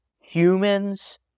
humans